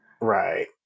Right